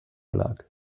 lag